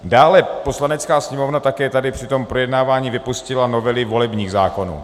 Dále Poslanecká sněmovna také při tom projednávání vypustila novely volebních zákonů.